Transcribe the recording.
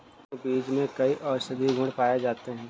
भांग बीज में कई औषधीय गुण पाए जाते हैं